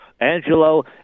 Angelo